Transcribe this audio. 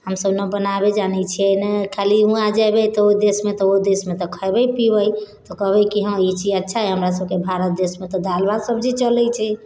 हमसब ने बनाबे जानै छियै ने खाली हुवाँ जेबै ओ देशमे तऽ ओ देशमे तऽ खैबै पिबै तऽ कहबै की हँ ई चीज अच्छा है हमरासबके भारत देशमे तऽ दालि भात सब्जी चलै छै